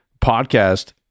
podcast